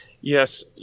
yes